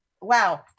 wow